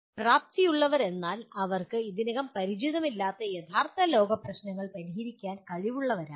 പ്രാപ്തിയുള്ളവർ എന്നാൽ അവർക്ക് ഇതിനകം പരിചിതമല്ലാത്ത യഥാർത്ഥ ലോക പ്രശ്നങ്ങൾ പരിഹരിക്കാൻ കഴിവുള്ളവരാണ്